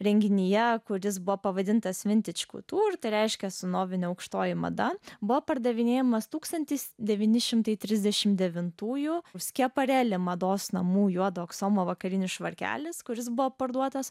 renginyje kuris buvo pavadintas vintičkutur ir tai reiškia senovinė aukštoji mada buvo pardavinėjamas tūkstantis devyni šimtai trisdešimt devintųjų pareli mados namų juodo aksomo vakariniu švarkelis kuris buvo parduotas